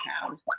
pound